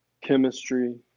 chemistry